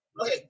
okay